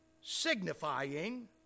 signifying